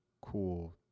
cool